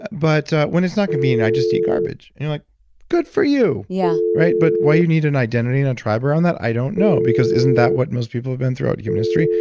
but when it's not convenient i just eat garbage. and i'm like good for you. yeah but why you need and identity and a tribe around that, i don't know. because isn't that what most people have been throughout human history?